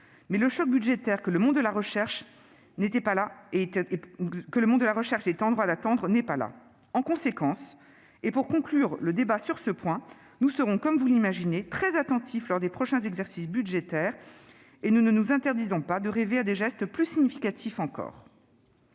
mais le choc budgétaire que le monde de la recherche était en droit d'attendre n'est pas là. En conséquence, et pour conclure le débat sur ce point, nous serons, comme vous l'imaginez, très attentifs lors des prochains exercices budgétaires ; nous ne nous interdirons pas de rêver à des gestes plus significatifs encore